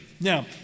Now